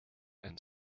and